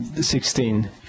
Sixteen